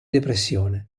depressione